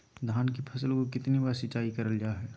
धान की फ़सल को कितना बार सिंचाई करल जा हाय?